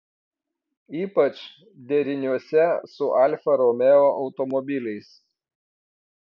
ypač deriniuose su alfa romeo automobiliais